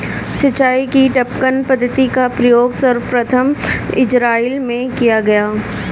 सिंचाई की टपकन पद्धति का प्रयोग सर्वप्रथम इज़राइल में किया गया